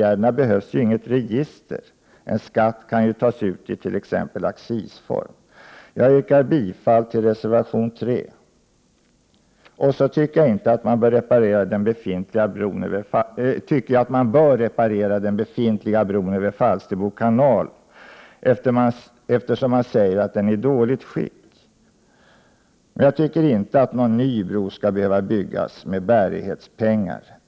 detta behövs dock inget register. En skatt kan ju tas ut i t.ex. accisform. Jag yrkar bifall till reservation 3. Så tycker jag att man bör reparera den befintliga bron över Falsterbo kanal, eftersom den sägs vara i dåligt skick. Men jag tycker inte att någon ny bro skall behöva byggas med ”bärighetspengar”.